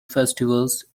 festivals